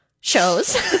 shows